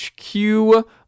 HQ